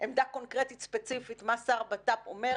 עמדה קונקרטית ספציפית מה שר הבט"פ אומר,